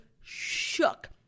shook